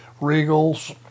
Regal's